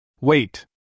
Wait